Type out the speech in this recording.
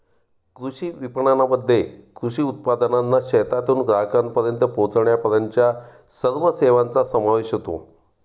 कृषी विपणनामध्ये कृषी उत्पादनांना शेतातून ग्राहकांपर्यंत पोचविण्यापर्यंतच्या सर्व सेवांचा समावेश होतो